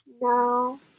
No